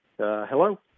hello